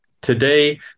Today